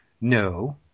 no